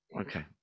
Okay